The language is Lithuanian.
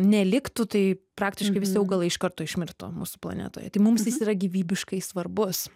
neliktų tai praktiškai visi augalai iš karto išmirtų mūsų planetoje tai mums jis yra gyvybiškai svarbus